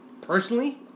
personally